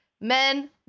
Men